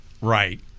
Right